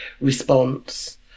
response